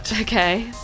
Okay